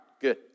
Good